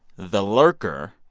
the lurker,